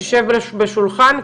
תשב בשולחן,